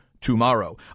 tomorrow